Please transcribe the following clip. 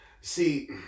See